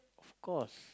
of course